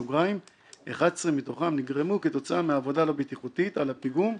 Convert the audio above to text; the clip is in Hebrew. בסוגריים: 11 מתוכם נגרמו כתוצאה מעבודה לא בטיחותית על הפיגום,